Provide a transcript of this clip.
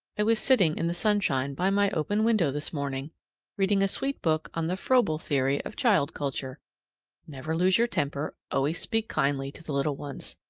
i was sitting in the sunshine by my open window this morning reading a sweet book on the froebel theory of child culture never lose your temper, always speak kindly to the little ones.